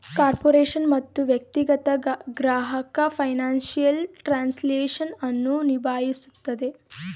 corporation ಮತ್ತು ವ್ಯಕ್ತಿಗತ ಗ್ರಾಹಕ ಫೈನಾನ್ಸಿಯಲ್ ಟ್ರಾನ್ಸ್ಲೇಷನ್ ಅನ್ನು ನಿಭಾಯಿಸುತ್ತದೆ